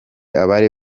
abari